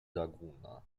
laguna